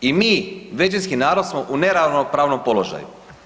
I mi većinski narod smo u neravnopravnom položaju.